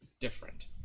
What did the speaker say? different